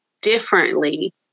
differently